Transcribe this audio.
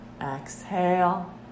exhale